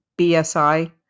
BSI